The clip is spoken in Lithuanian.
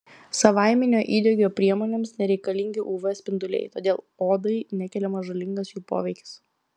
savaiminio įdegio priemonėms nereikalingi uv spinduliai todėl odai nekeliamas žalingas jų poveikis